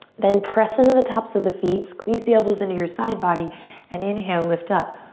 then press into the tops of the feet. squeeze the elbows into your side body and inhale, lift up.